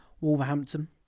wolverhampton